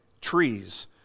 trees